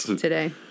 today